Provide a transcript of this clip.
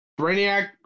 Brainiac